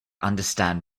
understand